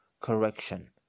correction